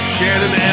Shannon